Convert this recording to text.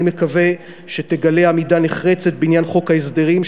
אני מקווה שתגלה עמידה נחרצת בעניין חוק ההסדרים,